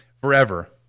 forever